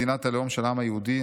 מדינת הלאום של העם היהודי,